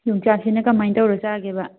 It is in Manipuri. ꯌꯣꯡꯆꯥꯛꯁꯤꯅ ꯀꯃꯥꯏꯅ ꯇꯧꯔꯒ ꯆꯥꯒꯦꯕ